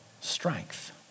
strength